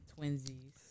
Twinsies